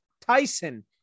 Tyson